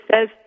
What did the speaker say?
says